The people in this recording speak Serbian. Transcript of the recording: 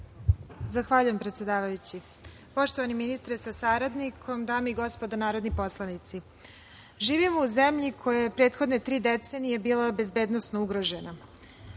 Zahvaljujem, predsedavajući. Poštovani ministre sa saradnikom, dame i gospodo narodni poslanici, živimo u zemlji koja je prethodne tri decenije bila bezbednosno ugrožena.